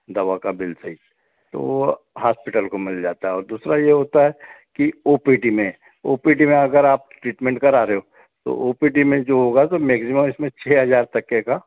दवा का बिल सहित तो वो हास्पिटल को मिल जाता है और दूसरा ये होता है कि ओ पी डी में ओ पी डी में अगर आप ट्रीटमेंट करा रहे हो तो ओ पी डी में जो होगा तो मैक्सीमम इसमें छः हजार तक के का